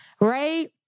right